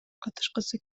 катышкысы